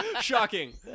Shocking